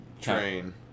Train